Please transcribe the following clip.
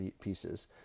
pieces